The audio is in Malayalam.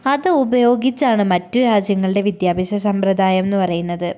അത് ഉപയോഗിച്ചാണ് മറ്റ് രാജ്യങ്ങളുടെ വിദ്യാഭ്യാസ സമ്പ്രദായം എന്ന് പറയുന്നത്